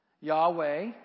Yahweh